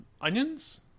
onions